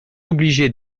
obligé